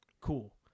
Cool